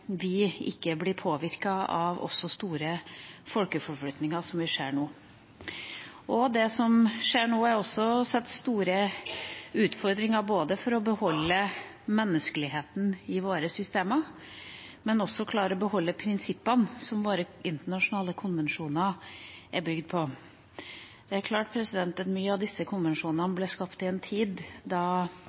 vi er en øy her oppe i nord, som ikke blir påvirket av store folkeforflytninger, som vi ser nå. Det som skjer nå, skaper store utfordringer, både med å beholde menneskeligheten i våre systemer, og også med å klare å beholde prinsippene som våre internasjonale konvensjoner er bygd på. Det er klart at mange av disse konvensjonene ble skapt i en tid da